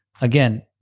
again